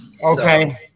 Okay